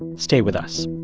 and stay with us